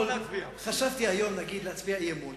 חשבתי שהיום אני אצביע אי-אמון,